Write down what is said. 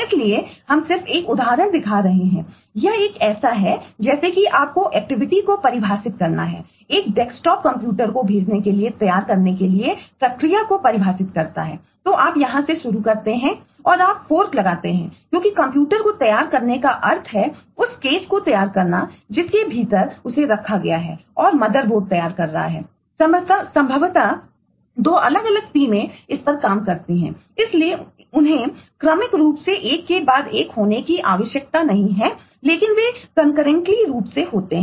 इसलिए हम सिर्फ एक उदाहरण दिखा रहे हैं यह एक ऐसा है जैसे कि आपको एक्टिविटीरूप से होते हैं